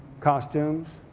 costumes.